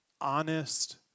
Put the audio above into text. honest